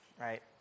right